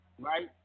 Right